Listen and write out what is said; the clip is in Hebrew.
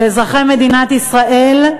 שאזרחי מדינת ישראל,